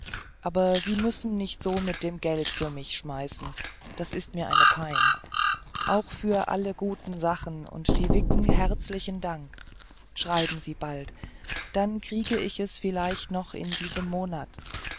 aber sie müssen nicht so mit dem geld für mich schmeißen das ist mir eine pein auch für alle guten sachen und die wicken herzlichen dank schreiben sie bald dann kriege ich es vielleicht noch in diesem monat